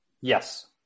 yes